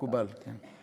מקובל, כן.